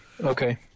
Okay